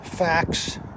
facts